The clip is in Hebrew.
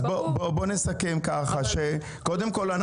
לסיכום: קודם כול,